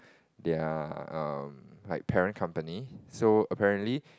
their um like parent company so apparently